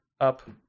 up